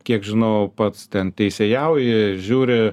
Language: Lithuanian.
kiek žinau pats ten teisėjauji žiūri